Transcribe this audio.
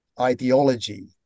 ideology